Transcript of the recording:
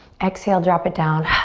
exhale, drop it down.